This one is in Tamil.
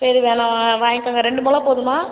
சரி வேணா வாய்கிங்க்கோங்க ரெண்டு மொழம் போதுமா